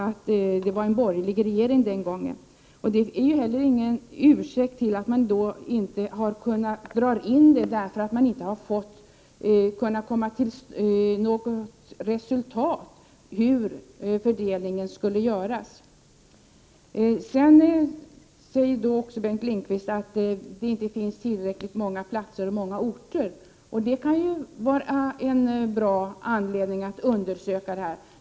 Att man inte har kunnat nå något resultat i förhandlingarna om hur fördelningen skulle göras är heller ingen ursäkt för att inte dra in utredningen. Bengt Lindqvist säger också att det inte finns tillräckligt många platser eller tillräckligt många orter. Det kan vara en bra anledning för en undersökning.